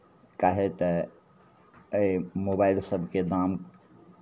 काहे तऽ एहि मोबाइल सभके दाम